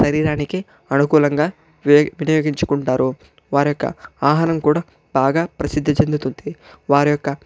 శరీరానికి అనుకూలంగా విని వినియోగించుకుంటారు వారి యొక్క ఆహారం కూడా బాగా ప్రసిద్ధి చెందుతుంది వారి యొక్క